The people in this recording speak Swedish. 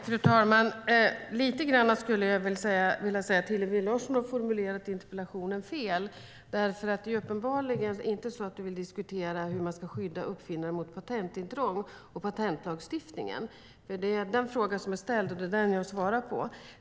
Fru talman! Lite grann skulle jag vilja säga att Hillevi Larsson har formulerat interpellationen fel, för du vill uppenbarligen inte diskutera patentlagstiftningen och hur man skydda uppfinnare mot patentintrång. Men det är den frågan som är ställd, och det är den frågan som jag svarar på.